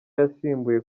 yasimbuye